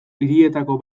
hirietako